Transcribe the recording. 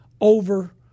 over